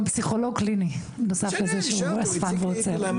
פסיכולוג קליני נוסף לזה שהוא אספן ואוצר.